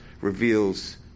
reveals